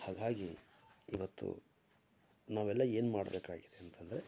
ಹಾಗಾಗಿ ಇವತ್ತು ನಾವೆಲ್ಲ ಏನು ಮಾಡಬೇಕಾಗಿದೆ ಅಂತಂದರೆ